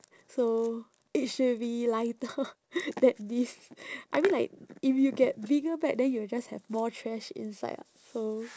so it should be lighter than this I mean like if you get bigger bag then you will just have more trash inside [what] so